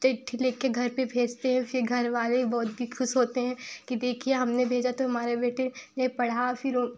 चिट्ठी लिख कर घर पर भेजते हैं फिर घरवाले बहुत भी ख़ुश होते हैं कि देखिए हमने भेजा तो हमारे बेटे ने पढ़ा फिर वह